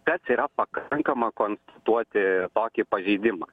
kas yra pakankama konstatuoti tokį pažeidimą